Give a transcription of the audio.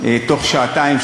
בתוך שעתיים,